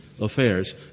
Affairs